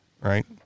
right